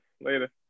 Later